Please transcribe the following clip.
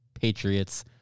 Patriots